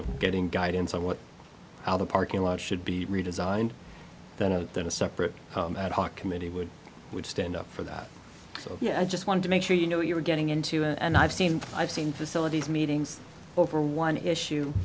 know getting guidance on what the parking lot should be redesigned than a than a separate ad hoc committee would stand up for that so yeah i just wanted to make sure you know what you're getting into and i've seen i've seen facilities meetings over one issue